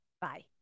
Bye